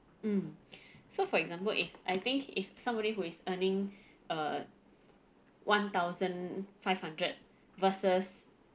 mm so for example if I think if somebody who is earning err one thousand five hundred versus